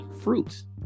fruits